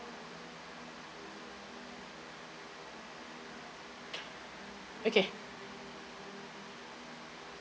okay